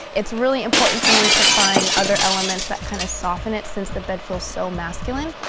it's really important for me to find other elements that kind of soften it since the bed feels so masculine